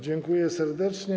Dziękuję serdecznie.